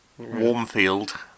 Warmfield